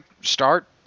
start